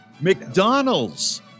McDonald's